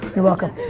you're welcome,